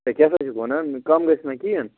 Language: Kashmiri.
اے کیٛاہ سا چھُکھ وَنان کَم گژھِ نا کِہیٖنٛۍ